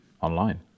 online